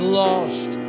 lost